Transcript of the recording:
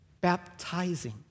Baptizing